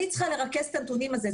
אני צריכה לרכז את הנתונים האלה.